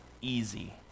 easy